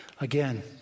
Again